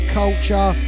culture